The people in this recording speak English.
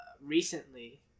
Recently